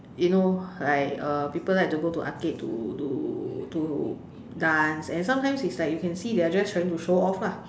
you know like uh people like to go to arcade to to to dance and sometimes is like you can see they're just trying to show off lah